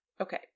Okay